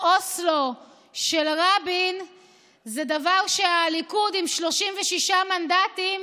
אוסלו של רבין זה דבר שהליכוד עם 36 מנדטים